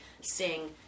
sing